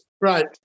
Right